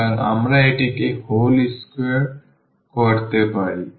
সুতরাং আমরা এটিকে whole square করতে পারি